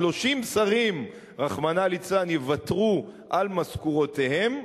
30 שרים רחמנא ליצלן יוותרו על משכורותיהם,